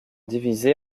divisés